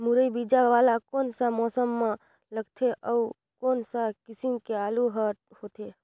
मुरई बीजा वाला कोन सा मौसम म लगथे अउ कोन सा किसम के आलू हर होथे?